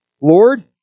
Lord